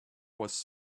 was